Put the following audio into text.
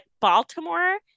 Baltimore